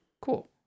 cool